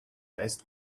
best